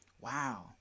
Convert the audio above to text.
Wow